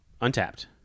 untapped